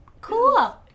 Cool